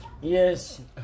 yes